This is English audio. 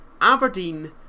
Aberdeen